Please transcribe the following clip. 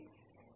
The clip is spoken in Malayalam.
ശരി